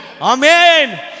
amen